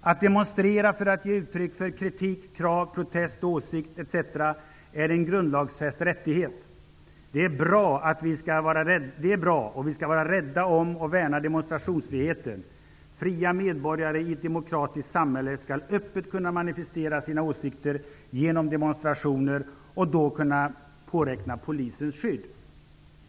''Att demonstrera för att ge uttryck för kritik, krav, protest, åsikt etc. är en grundlagsfäst rättighet. Det är bra och vi skall vara rädda om och värna demonstrationsfriheten. Fria medborgare i ett demokratiskt samhälle skall öppet kunna manifestera sina åsikter genom demonstrationer och då kunna påräkna polisens skydd.